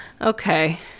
Okay